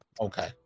Okay